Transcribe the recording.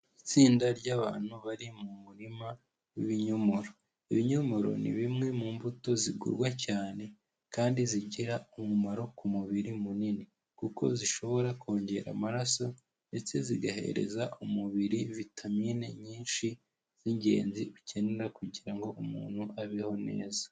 Itsinda ry'abantu bari mu murima w'ibinyomoro. Ibinyomoro ni bimwe mu mbuto zigurwa cyane kandi zigira umumaro ku mubiri munini kuko zishobora kongera amaraso ndetse zigahereza umubiri vitamine nyinshi z'ingenzi ukenera kugira ngo umuntu abeho neza.